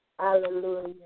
Hallelujah